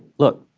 look,